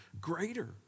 greater